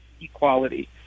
equality